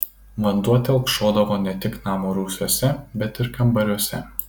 vanduo telkšodavo ne tik namo rūsiuose bet ir kambariuose